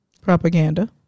propaganda